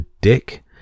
dick